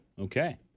okay